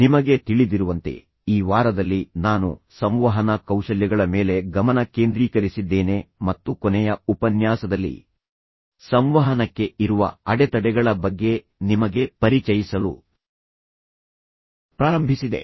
ನಿಮಗೆ ತಿಳಿದಿರುವಂತೆ ಈ ವಾರದಲ್ಲಿ ನಾನು ಸಂವಹನ ಕೌಶಲ್ಯಗಳ ಮೇಲೆ ಗಮನ ಕೇಂದ್ರೀಕರಿಸಿದ್ದೇನೆ ಮತ್ತು ಕೊನೆಯ ಉಪನ್ಯಾಸದಲ್ಲಿ ಸಂವಹನಕ್ಕೆ ಇರುವ ಅಡೆತಡೆಗಳ ಬಗ್ಗೆ ನಿಮಗೆ ಪರಿಚಯಿಸಲು ಪ್ರಾರಂಭಿಸಿದೆ